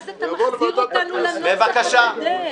כי אז אתה מחזיר אותנו לנוסח הקודם.